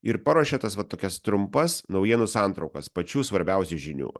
ir paruošia tas va tokias trumpas naujienų santraukas pačių svarbiausių žinių